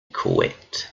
quit